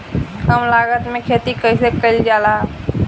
कम लागत में खेती कइसे कइल जाला?